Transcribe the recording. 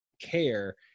care